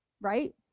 right